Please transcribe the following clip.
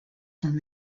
from